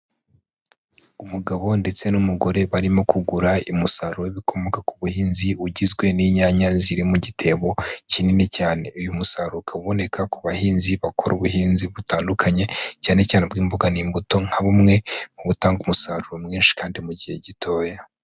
Umugabo ndetse n'umugore barimo kugura umusaruro w'ibikomoka ku buhinzi ugizwe n'inyanya ziri mu gitebo kinini cyane. Uyu musaruro ukaba uboneka ku bahinzi bakora ubuhinzi butandukanye, cyane cyane ubw'imboga n'imbuto nka bumwe mu butanga umusaruro mwinshi kandi mu gihe gitoya.